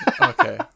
Okay